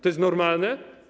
To jest normalne?